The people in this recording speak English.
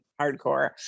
hardcore